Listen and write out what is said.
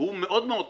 הוא מאוד מאוד תחרותי.